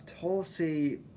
Tulsi